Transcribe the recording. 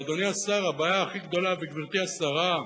אדוני השר וגברתי השרה,